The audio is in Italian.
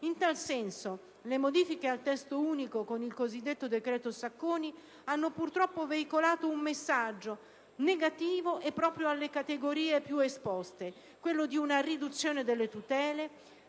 In tal senso, le modifiche apportate al Testo unico del cosiddetto decreto Sacconi hanno purtroppo veicolato un messaggio negativo proprio alle categorie più esposte: quello di una riduzione delle tutele,